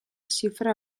zifra